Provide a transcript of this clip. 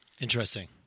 Interesting